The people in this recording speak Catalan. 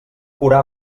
curà